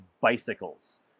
bicycles